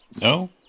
No